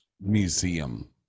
Museum